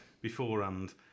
beforehand